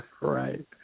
Right